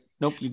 Nope